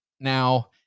Now